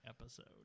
episode